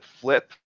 flip